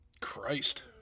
Christ